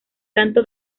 tanto